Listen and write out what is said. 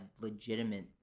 legitimate